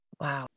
Wow